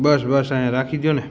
બસ બસ અહીં રાખી દો ને